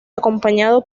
acompañado